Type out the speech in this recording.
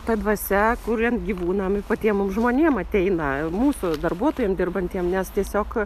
ta dvasia kuriant gyvūnam ir patiem mum žmonėm ateina mūsų darbuotojam dirbantiem nes tiesiog